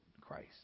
Christ